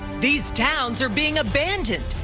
these towns are being abandoned.